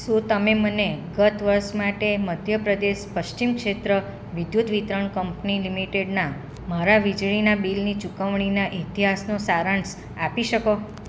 શું તમે મને ગત વર્ષ માટે મધ્યપ્રદેશ પશ્ચિમ ક્ષેત્ર વિદ્યુત વિતરણ કંપની લિમિટેડના મારા વીજળીના બિલની ચૂકવણીના ઇતિહાસનો સારાંશ આપી શકો